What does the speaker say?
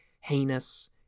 heinous